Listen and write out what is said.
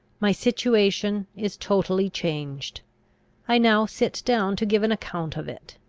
my situation is totally changed i now sit down to give an account of it.